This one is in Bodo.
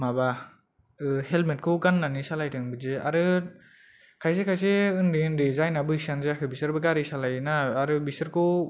माबा हेल्मेटखौ गाननानै सालायथों बिदि आरो खायसे खायसे उन्दै उन्दै जायना बैसोयानो जयाखै बिसोरबो गारि सालायोना आरो बिसोरखौ